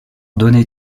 donner